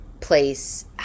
place